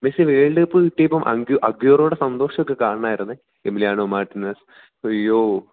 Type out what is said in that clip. മെസ്സിക്ക് world cup കിട്ടിയപ്പം ആഗ്വാറോയുടെ സന്തോഷമൊക്കെ കാണണമായിരുന്നു എമില്യാനോ മാർട്ടിനസ് അയ്യോ